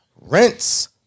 rinse